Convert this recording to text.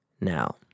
Now